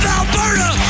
Alberta